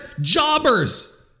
jobbers